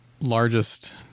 largest